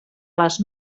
les